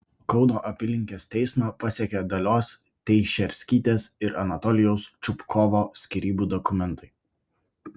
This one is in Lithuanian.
kauno apylinkės teismą pasiekė dalios teišerskytės ir anatolijaus čupkovo skyrybų dokumentai